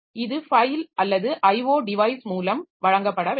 இது ஃபைல் அல்லது IO device மூலம் வழங்கப்பட வேண்டும்